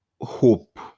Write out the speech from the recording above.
hope